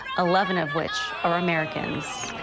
eleven of which are american.